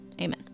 Amen